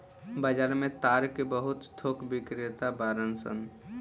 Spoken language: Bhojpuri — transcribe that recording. बाजार में ताड़ के बहुत थोक बिक्रेता बाड़न सन